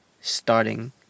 starting